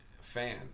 fan